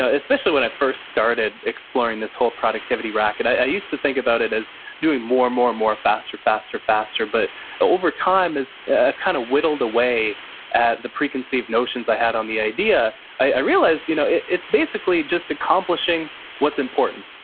ah especially when i first started exploring this whole productivity racket, i used to think about it as doing more and more and more, faster, faster, faster, but over time i've kind of whittled away at the preconceived notions i had on the idea. i realized you know it's basically just accomplishing what's important.